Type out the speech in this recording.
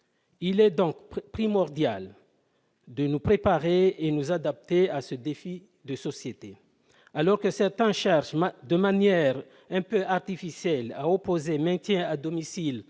Il est donc primordial de nous préparer et nous adapter à ce défi de société. Alors que certains cherchent, de manière un peu artificielle, à opposer maintien à domicile